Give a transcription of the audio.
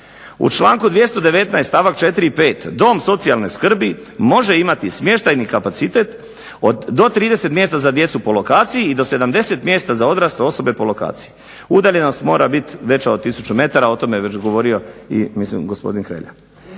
U članku 219. stavak 4. i 5. dom socijalne skrbi može imati smještajni kapacitet od do 30 mjesta za djecu po lokaciji i do 70 mjesta za odrasle osobe po lokaciji. Udaljenost mora biti veća od tisuću metara, o tome je već govorio i mislim gospodin Hrelja.